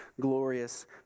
glorious